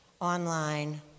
online